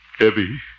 Evie